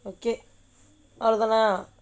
okay